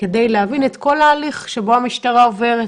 כדי להבין את כל ההליך שבו המשטרה עוברת.